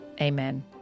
Amen